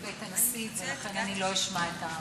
בבית הנשיא, ולכן אני לא אשמע את,